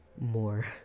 more